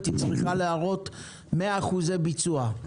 היא צריכה להראות 100% ביצוע.